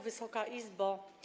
Wysoka Izbo!